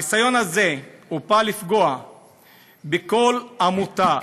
הניסיון הזה בא לפגוע בכל עמותה,